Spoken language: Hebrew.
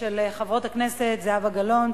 של חברות הכנסת זהבה גלאון,